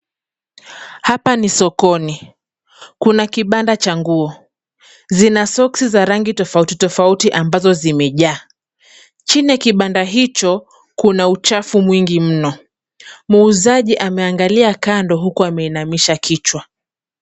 Hapa ni sokoni. Kuna kibanda cha nguo ,zina soksi za rangi tofauti tofauti ambazo zimejaa. Chini ya kibanda hicho ,kuna uchafu mwingi mno .Muuzaji ameangalia kando huku ameinamisha kichwa.